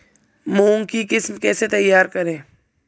मूंग की किस्म कैसे तैयार करें?